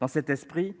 Dans cet esprit,